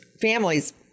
families